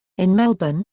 in melbourne,